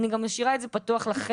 אני גם משאירה את זה פתוח לכם.